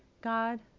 God